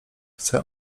chcę